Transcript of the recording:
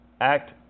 Act